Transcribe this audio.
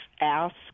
ask